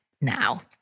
now